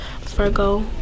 Virgo